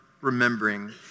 remembering